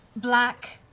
black,